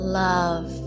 love